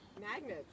Magnets